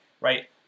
right